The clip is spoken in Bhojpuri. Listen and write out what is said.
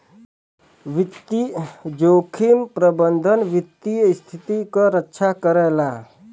वित्तीय जोखिम प्रबंधन वित्तीय स्थिति क रक्षा करला